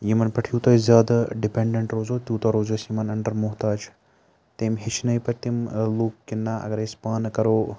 یِمَن پٮ۪ٹھ یوٗتاہ أسۍ زیٛادٕ ڈِپیٚنڈیٚنٛٹ روزو تیٛوتاہ روزو اسہِ یِمَن اَنٛڈر محتاج تیٚمۍ ہیٚچھنٲے پَتہٕ تِم ٲں لوٗکھ کہِ نا اگرٔے أسۍ پانہٕ کَرو